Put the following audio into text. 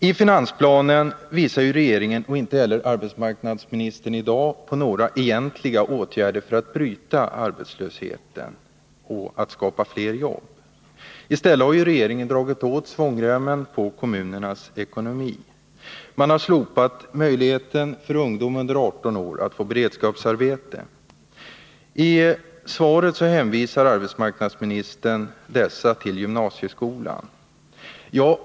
I finansplanen visar regeringen inte på några egentliga åtgärder — och arbetsmarknadsministern gör det inte heller i dag — för att bryta den ökade arbetslösheten, att skapa fler jobb. I stället har regeringen dragit åt svångremmen om kommunernas ekonomi. Man har slopat möjligheten för ungdomar under 18 år att få beredskapsarbete. I svaret hänvisar arbetsmarknadsministern dessa till gymnasieskolan.